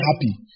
happy